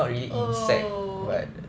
oh